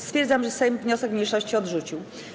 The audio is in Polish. Stwierdzam, że Sejm wniosek mniejszości odrzucił.